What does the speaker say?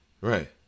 Right